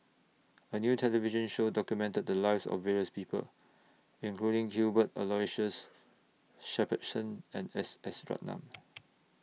A New television Show documented The Lives of various People including Cuthbert Aloysius Shepherdson and S S Ratnam